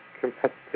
competitive